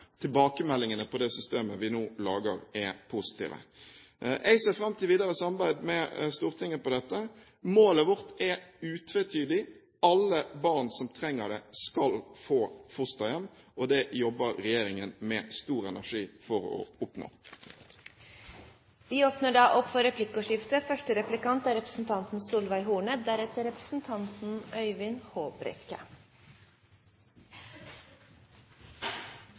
Tilbakemeldingene når det gjelder det systemet vi nå lager, er positive. Jeg ser fram til videre samarbeid med Stortinget om dette. Målet vårt er utvetydig: Alle barn som trenger det, skal få fosterhjem. Det jobber regjeringen med stor energi for å